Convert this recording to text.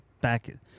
back